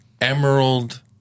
Emerald